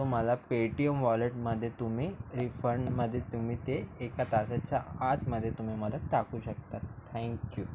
तो मला पेटीएम वॉलेटमध्ये तुम्ही रिफणमध्ये तुम्ही ते एका तासाच्या आतमध्ये तुम्ही मला टाकू शकता थॅंक्यू